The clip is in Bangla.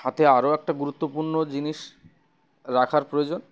হাতে আরও একটা গুরুত্বপূর্ণ জিনিস রাখার প্রয়োজন